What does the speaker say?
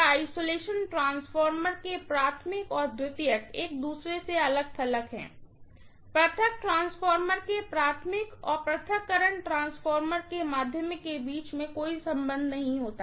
isolation transformer के primary और secondary एक दूसरे से अलग थलग होते हैं आइसोलेशन ट्रांसफार्मर के प्राइमरी और आइसोलेशन ट्रांसफार्मर के सेकेंडरी के बीच कोई संबंध नहीं होता है